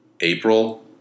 April